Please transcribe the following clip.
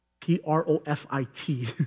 P-R-O-F-I-T